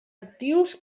actius